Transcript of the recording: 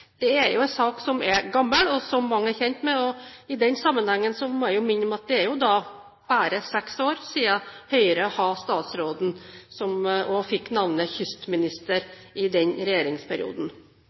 Det er jo en sak som er gammel, og som mange er kjent med. I den sammenheng må jeg minne om at det bare er seks år siden Høyre hadde statsråden, som også fikk navnet kystminister